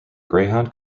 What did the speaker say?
greyhound